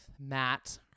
Matt